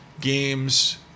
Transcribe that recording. games